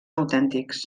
autèntics